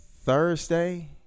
Thursday